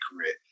career